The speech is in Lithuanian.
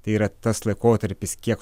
tai yra tas laikotarpis kiek